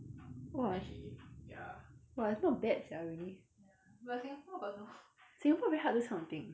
!wah! !wah! not bad sia really singapore very hard do this kind of thing